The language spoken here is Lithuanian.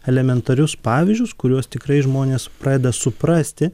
elementarius pavyzdžius kuriuos tikrai žmonės pradeda suprasti